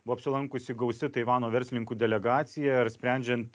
buvo apsilankusi gausi taivano verslininkų delegacija ir sprendžiant